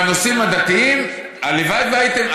בנושאים הדתיים הלוואי שהייתם,